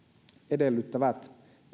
edellyttävät